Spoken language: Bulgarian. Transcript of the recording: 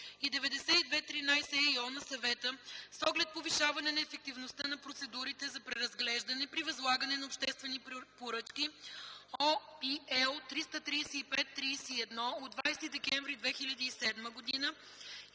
и 92/13/ЕИО на Съвета с оглед повишаване на ефективността на процедурите за преразглеждане при възлагане на обществени поръчки (ОВ, L 335/31 от 20 декември 2007 г.) и на